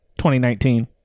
2019